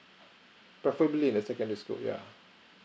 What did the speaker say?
preferably in the secondary school yeah